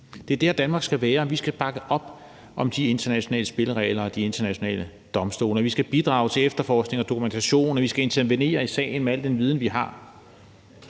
Det er der, Danmark skal være. Vi skal bakke op om de internationale spilleregler og de internationale domstole, vi skal bidrage til efterforskning og dokumentation, og vi skal intervenere i sagen med al den viden, vi har.